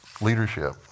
leadership